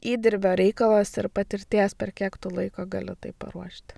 įdirbio reikalas ir patirties per kiek tu laiko gali tai paruošti